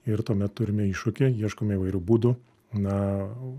ir tuomet turime iššūkį ieškome įvairių būdų na